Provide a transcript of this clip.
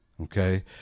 Okay